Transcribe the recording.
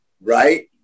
right